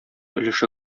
өлеше